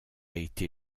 été